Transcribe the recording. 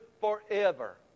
forever